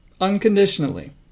Unconditionally